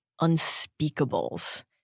unspeakables